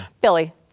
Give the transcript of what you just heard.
Billy